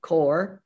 core